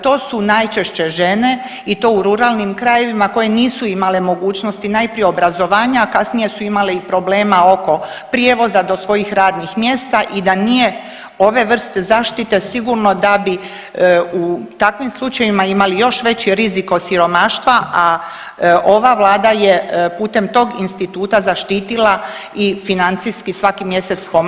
To su najčešće žene i to u ruralnim krajevima koje nisu imale mogućnosti najprije obrazovanja, a kasnije su imale i problema oko prijevoza do svojih radnih mjesta i da nije ove vrste zaštite, sigurno da bi u takvim slučajevima imali još veći rizik od siromaštva, a ova Vlada je putem tog instituta zaštitila i financijski svaki mjesec pomaže takve osobe.